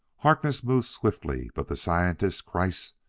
harkness moved swiftly, but the scientist, kreiss,